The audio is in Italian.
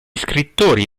scrittori